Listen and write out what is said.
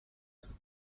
them